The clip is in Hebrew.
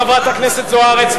חברת הכנסת זוארץ,